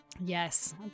Yes